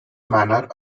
manner